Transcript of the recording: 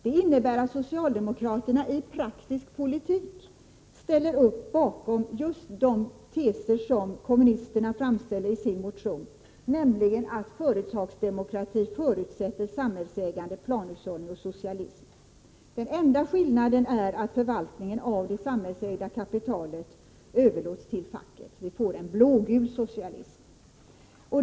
Det innebär att socialdemokraterna i praktisk politik ställer sig bakom just de teser som kommunisterna framställt i sin motion, nämligen att företagsdemokrati förutsätter samhällsägande, planhushållning och socialism. Den enda skillnaden är att förvaltningen av det samhällsägda kapitalet överlåts till facket — vi får en blågul socialism.